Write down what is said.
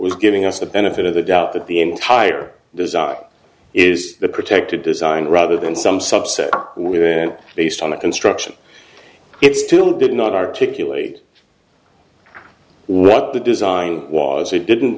was giving us the benefit of the doubt that the entire design is protected design rather than some subset where based on a construction it still did not articulate what the design was it didn't